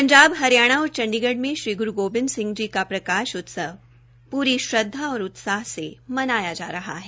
पंजाब हरियाणा और चंडीगढ़ में श्री ग्रू गोबिंद सिंह जी का प्रकाश उत्सव पूरी श्रद्धा और उत्साह से मनाया जा रहा है